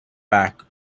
back